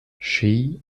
she